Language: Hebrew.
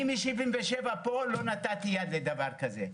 אני מ-1977 פה, לא נתתי יד לדבר כזה.